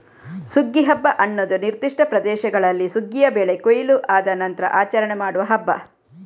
ಸುಗ್ಗಿ ಹಬ್ಬ ಅನ್ನುದು ನಿರ್ದಿಷ್ಟ ಪ್ರದೇಶಗಳಲ್ಲಿ ಸುಗ್ಗಿಯ ಬೆಳೆ ಕೊಯ್ಲು ಆದ ನಂತ್ರ ಆಚರಣೆ ಮಾಡುವ ಹಬ್ಬ